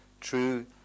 true